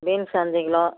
beans அஞ்சு kilo